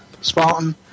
Spartan